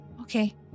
okay